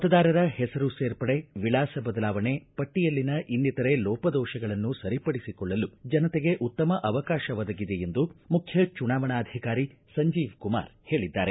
ಮತದಾರರ ಹೆಸರು ಸೇರ್ಪಡೆ ವಿಳಾಸ ಬದಲಾವಣೆ ಪಟ್ಟಿಯಲ್ಲಿನ ಇನ್ನಿತರೆ ಲೋಪದೋಷಗಳನ್ನು ಸರಿಪಡಿಸಿಕೊಳ್ಳಲು ಜನತೆಗೆ ಉತ್ತಮ ಅವಕಾಶ ಒದಗಿದೆ ಎಂದು ಮುಖ್ಯ ಚುನಾವಣಾಧಿಕಾರಿ ಸಂಜೀವ್ಕುಮಾರ ಹೇಳಿದ್ದಾರೆ